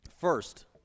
first